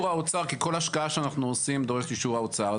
האוצר כי כל השקעה שאנחנו עושים דורש את אישור האוצר,